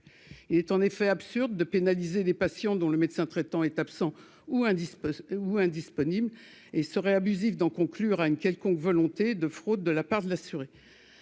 il est en effet absurde de pénaliser les patients dont le médecin traitant est absent ou indice ou indisponibles et serait abusif d'en conclure à une quelconque volonté de fraude de la part de l'assurer